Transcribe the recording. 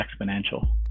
exponential